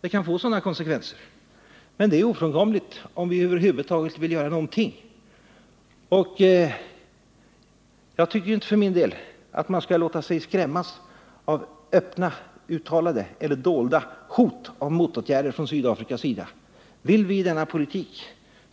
Det kan få sådana konsekvenser. Men det är ofrånkomligt om vi över huvud taget vill göra någonting. För min del tycker jag inte att man skall låta sig skrämmas av öppna eller dolda hot om motåtgärder från Sydafrikas sida. Vill vi ha denna politik,